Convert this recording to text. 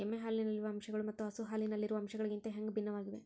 ಎಮ್ಮೆ ಹಾಲಿನಲ್ಲಿರುವ ಅಂಶಗಳು ಮತ್ತ ಹಸು ಹಾಲಿನಲ್ಲಿರುವ ಅಂಶಗಳಿಗಿಂತ ಹ್ಯಾಂಗ ಭಿನ್ನವಾಗಿವೆ?